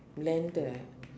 blender